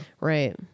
Right